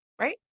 right